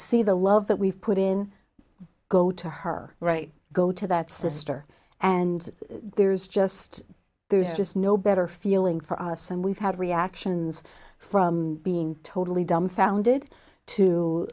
see the love that we've put in go to her go to that sister and there's just there's just no better feeling for us and we've had reactions from being totally dumbfounded to